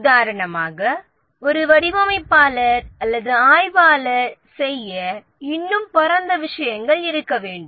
உதாரணமாக ஒரு வடிவமைப்பாளர் அல்லது ஆய்வாளர் செய்ய இன்னும் பரந்த விஷயங்கள் இருக்க வேண்டும்